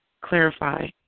Clarify